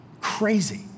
crazy